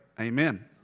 Amen